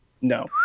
No